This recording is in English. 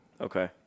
Okay